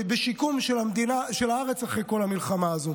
לשיקום של הארץ אחרי כל המלחמה הזאת.